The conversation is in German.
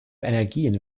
energien